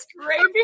scraping